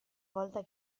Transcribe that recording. volta